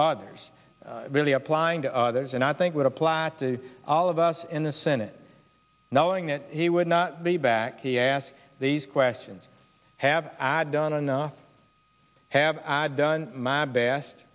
years really applying to others and i think would apply to all of us in the senate knowing that he would not be back he asked these questions have had done enough have done my best